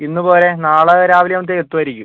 ഇന്ന് പോരെ നാളെ രാവിലെ ആവുമ്പഴേക്കും എത്തുവായിരിക്കും